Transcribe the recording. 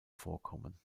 vorkommen